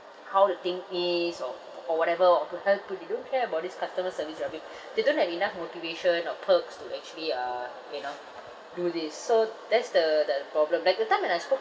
how the thing is or or whatever or to help you they don't care about this customer service rubbish they don't have enough motivation or perks to actually uh you know do this so that's the the problem like the time when I spoke